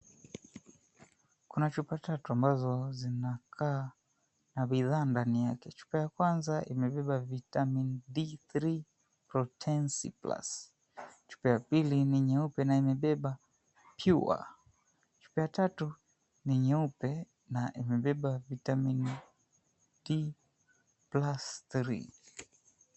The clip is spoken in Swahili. Kuna chupa ambazo zinakaa zina bidhaa ndani yake. Chupa ya kwanza imebeba vitamin B3proten C+. Chupa ya pili ni nyeupe na imebeba cure. Chupa ya tatu ni nyeupe na imebeba vitamin D+3.